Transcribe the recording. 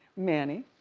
manny,